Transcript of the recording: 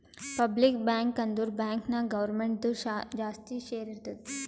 public bank ಅಂದುರ್ bank ನಾಗ್ ಗೌರ್ಮೆಂಟ್ದು ಜಾಸ್ತಿ ಶೇರ್ ಇರ್ತುದ್